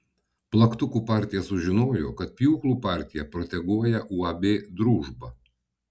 plaktukų partija sužinojo kad pjūklų partija proteguoja uab družba